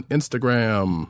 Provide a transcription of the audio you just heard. Instagram